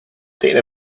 teine